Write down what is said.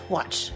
Watch